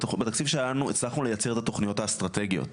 בתקציב שהיה לנו הצלחנו לייצר את התוכניות האסטרטגיות,